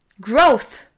growth